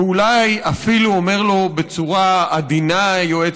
ואולי אפילו אומר לו בצורה עדינה היועץ